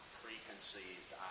preconceived